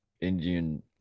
Indian